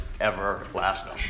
everlasting